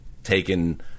taken